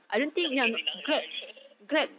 not close enough ya I know